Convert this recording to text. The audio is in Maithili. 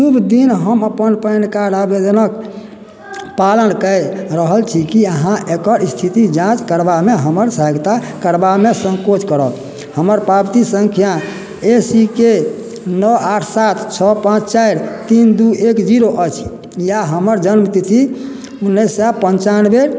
शुभ दिन हम अपन पैन कार्ड आबेदनक पालन कय रहल छी की अहाँ एकर स्थिति जाँच करबामे हमर सहायता करबामे सङ्कोच करब हमर पाबती सङ्ख्या ए सी के नओ आठ सात छओ पाँच चारि तीन दू एक जीरो अछि या हमर जन्म तिथि उन्नैस सए पनचानबे